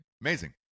Amazing